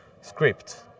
script